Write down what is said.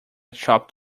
chopped